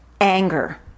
anger